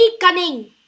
cunning